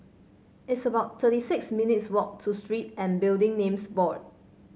it's about thirty six minutes' walk to Street and Building Names Board